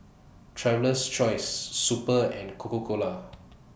Traveler's Choice Super and Coca Cola